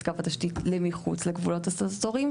קו התשתית מחוץ לגבולות הסטטוטוריים,